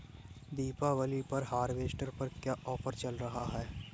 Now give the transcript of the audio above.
दीपावली पर हार्वेस्टर पर क्या ऑफर चल रहा है?